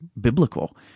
biblical